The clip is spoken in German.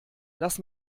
lass